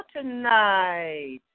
tonight